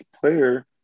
player